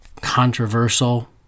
controversial